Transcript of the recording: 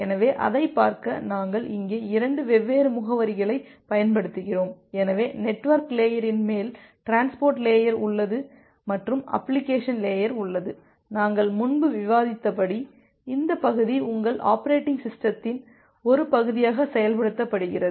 எனவே அதைப் பார்க்க நாங்கள் இங்கே 2 வெவ்வேறு முகவரிகளைப் பயன்படுத்துகிறோம் எனவே நெட்வொர்க் லேயரின் மேல் டிரான்ஸ்போர்ட் லேயர் உள்ளது மற்றும் அப்ளிகேஷன் லேயர் உள்ளது நாங்கள் முன்பு விவாதித்தபடி இந்த பகுதி உங்கள் அப்ரேட்டிங் சிஸ்டத்தின் ஒரு பகுதியாக செயல்படுத்தப்படுகிறது